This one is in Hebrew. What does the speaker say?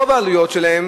רוב העלויות שלהם